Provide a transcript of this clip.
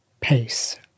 pace